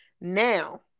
Now